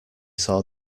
saw